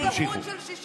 עוד דבר, יש סקרים עכשיו.